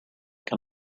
can